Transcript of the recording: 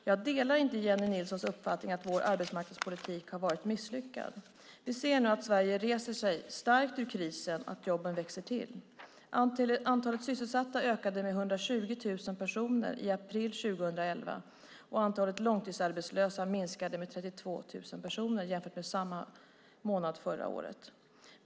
Jag delar inte Jennie Nilssons uppfattning att vår arbetsmarknadspolitik har varit misslyckad. Vi ser nu att Sverige reser sig starkt ur krisen och att jobben växer till. Antalet sysselsatta ökade med 120 000 personer i april 2011, och antalet långtidsarbetslösa minskade med 32 000 personer jämfört med samma månad förra året.